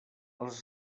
als